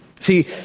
See